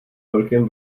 velkém